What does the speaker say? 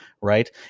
Right